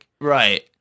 Right